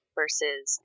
versus